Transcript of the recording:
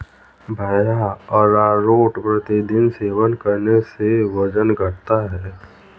भैया अरारोट प्रतिदिन सेवन करने से वजन घटता है